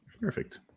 perfect